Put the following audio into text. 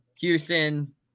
Houston